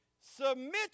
Submit